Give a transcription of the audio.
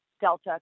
Delta